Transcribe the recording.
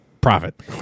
Profit